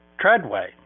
Treadway